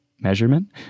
measurement